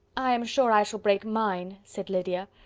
i am sure i shall break mine, said lydia.